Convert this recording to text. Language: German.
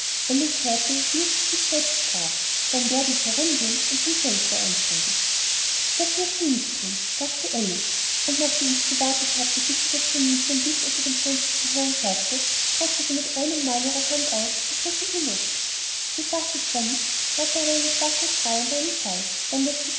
hörte wie es zu sich selbst sprach dann werde ich herum gehen und zum fenster hineinsteigen das wirst du nicht thun dachte alice und nachdem sie gewartet hatte bis sie das kaninchen dicht unter dem fenster zu hören glaubte streckte sie mit einem male ihre hand aus und griff in die luft sie faßte zwar nichts hörte aber einen schwachen schrei und einen fall dann das